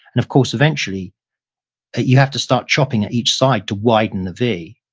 and of course eventually you have to start chopping at each side to widen the v.